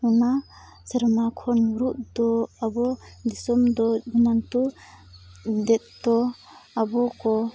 ᱚᱱᱟ ᱥᱮᱨᱢᱟ ᱠᱷᱚᱱ ᱧᱩᱨᱩᱜ ᱛᱳ ᱟᱵᱚ ᱫᱤᱥᱚᱢᱫᱚ ᱚᱱᱟᱛᱮ ᱡᱚᱛᱚ ᱟᱵᱚᱠᱚ